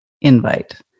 invite